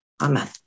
Amen